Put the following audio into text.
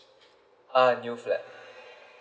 uh new flat